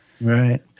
Right